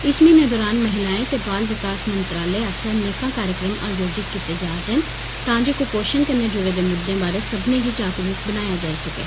इस म्हीने दौरान महिला ते बाल विकास मंत्रालय आस्सेआ नेकां कार्यक्रम आयोजित कीते जा'रदे न तां जे कुपोषण कन्ने जुड़े दे मुद्दें बारै सब्बनें गी जागरूक बनाया जाई सकै